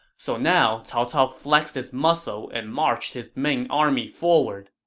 so now, cao cao flexed his muscle and marched his main army forward.